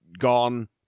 gone